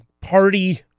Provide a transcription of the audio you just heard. party